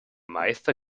meister